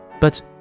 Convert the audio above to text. But